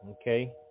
okay